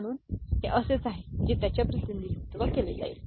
म्हणून हे असेच आहे जे त्याचे प्रतिनिधित्व केले जाईल